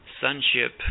Sonship